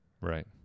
right